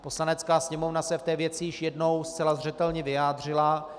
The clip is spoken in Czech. Poslanecká sněmovna se v té věci již jednou zcela zřetelně vyjádřila.